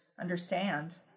understand